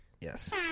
Yes